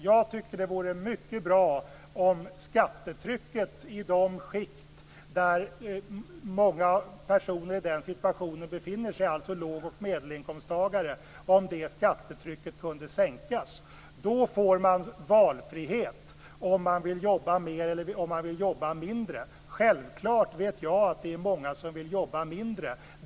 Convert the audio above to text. Jag tycker att det vore mycket bra om skattetrycket kunde sänkas i de skikt där många personer i nämnda situation befinner sig, alltså låg och medelinkomsttagare. Då får man valfrihet om man vill jobba mera eller om man vill jobba mindre. Självklart vet jag att det är många som vill jobba mindre.